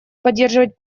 поддерживать